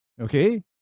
Okay